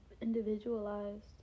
individualized